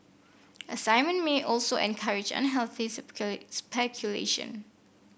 assignment may also encourage unhealthy speculation